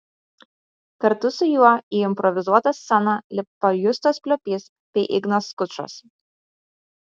kartu su juo į improvizuotą sceną lipo justas plioplys bei ignas skučas